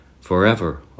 Forever